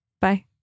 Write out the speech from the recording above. Bye